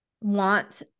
want